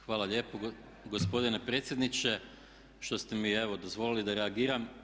Hvala lijepo gospodine predsjedniče što ste mi evo dozvolili da reagiram.